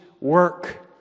work